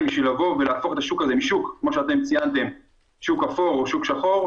בשביל לבוא ולהפוך את השוק הזה משוק אפור או שוק שחור,